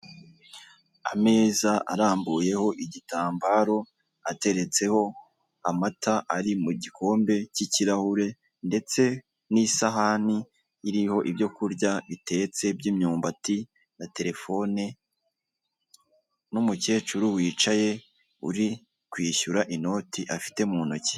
Ameza arambuyeho igitambaro ateretseho amata ari mu gikombe cy'ikirahure ndetse n'isahani iriho ibyo kurya bitetse by'imyumbati na telefone n'umukecuru wicaye uri kwishyura inoti afite mu ntoki.